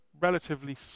relatively